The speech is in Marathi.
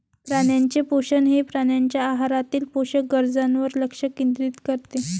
प्राण्यांचे पोषण हे प्राण्यांच्या आहारातील पोषक गरजांवर लक्ष केंद्रित करते